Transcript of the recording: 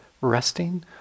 resting